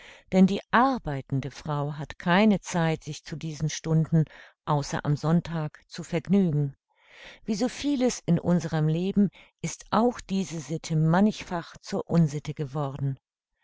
denn die arbeitende frau hat keine zeit sich zu diesen stunden außer am sonntag zu vergnügen wie so vieles in unserem leben ist auch diese sitte mannichfach zur unsitte geworden